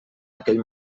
aquell